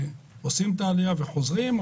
עושים את העלייה וחוזרים לרוסיה.